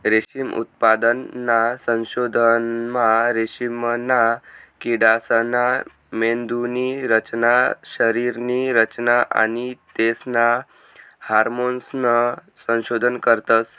रेशीम उत्पादनना संशोधनमा रेशीमना किडासना मेंदुनी रचना, शरीरनी रचना आणि तेसना हार्मोन्सनं संशोधन करतस